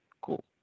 cool